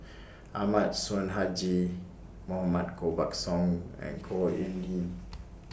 Ahmad Sonhadji Mohamad Koh Buck Song and Khor Ean